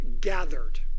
gathered